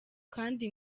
kandi